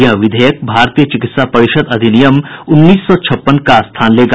यह विधेयक भारतीय चिकित्सा परिषद अधिनियम उन्नीस सौ छप्पन का स्थान लेगा